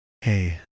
Hey